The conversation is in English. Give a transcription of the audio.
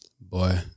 Boy